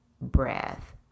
breath